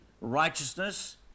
righteousness